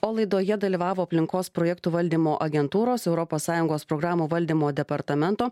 o laidoje dalyvavo aplinkos projektų valdymo agentūros europos sąjungos programų valdymo departamento